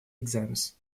exams